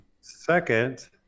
Second